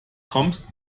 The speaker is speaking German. kommst